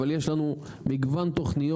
אבל יש לנו מגוון תוכניות,